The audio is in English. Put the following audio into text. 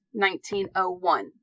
1901